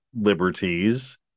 liberties